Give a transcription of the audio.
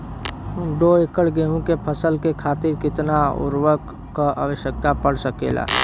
दो एकड़ गेहूँ के फसल के खातीर कितना उर्वरक क आवश्यकता पड़ सकेल?